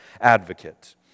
advocate